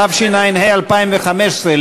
התשע"ה 2015,